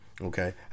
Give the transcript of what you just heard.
okay